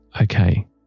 Okay